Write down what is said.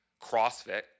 CrossFit